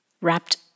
wrapped